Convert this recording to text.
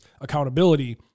accountability